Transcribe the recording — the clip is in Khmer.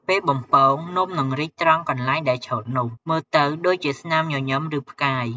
ពេលបំពង នំនឹងរីកត្រង់កន្លែងដែលឆូតនោះ មើលទៅដូចជាស្នាមញញឹម ឬផ្កាយ។